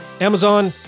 Amazon